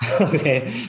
Okay